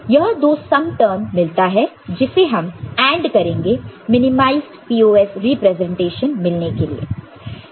तो यह दो सम टर्म मिलता है जिसे हम AND करेंगे मिनिमाइजड POS रिप्रेजेंटेशन मिलने के लिए